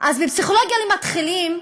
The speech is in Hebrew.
אז בפסיכולוגיה למתחילים,